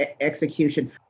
execution